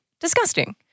Disgusting